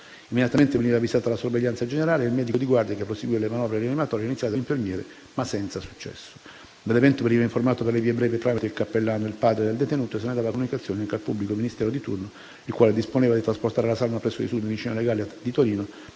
Immediatamente, venivano avvisati la sorveglianza generale e il medico di guardia, che proseguiva le manovre rianimatorie iniziate dall'infermiere, ma senza successo. Dell'evento veniva informato per le vie brevi, tramite il cappellano, il padre del detenuto e se ne dava comunicazione anche al pubblico ministero di turno, il quale disponeva di trasportare la salma presso l'istituto di medicina legale di Torino